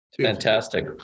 Fantastic